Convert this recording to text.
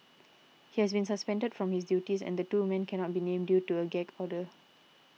he has been suspended from his duties and the two men cannot be named due to a gag order